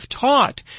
taught